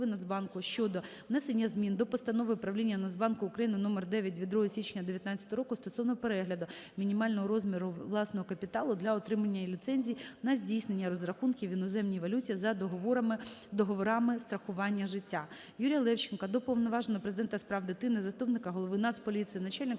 Юрія Левченка до Уповноваженого Президента з прав дитини, заступника голови Нацполіції - начальника